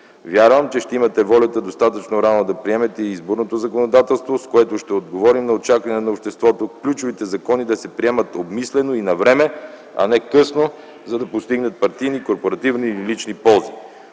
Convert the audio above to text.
Вярвам, че ще имате волята достатъчно рано да приемете и изборното законодателство, с което ще отговорим на очаквания на обществото ключовите закони да се приемат обмислено и навреме, а не късно, за да постигнат партийни, корпоративни или лични ползи.